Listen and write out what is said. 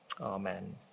Amen